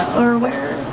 or where?